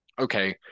Okay